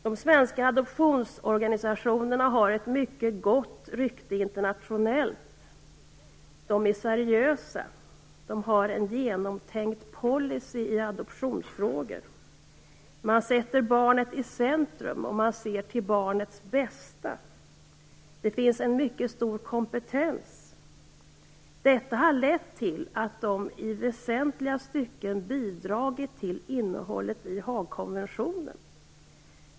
De svenska adoptionsorganisationerna har ett mycket gott rykte internationellt. De är seriösa och har en genomtänkt policy i adoptionsfrågor. Man sätter barnet i centrum och man ser till barnets bästa. Det finns också en mycket stor kompetens. Detta har lett till att dessa organisationer i väsentliga delar bidragit till innehållet i Haagkonventionen.